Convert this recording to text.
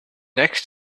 next